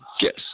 Yes